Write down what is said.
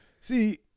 See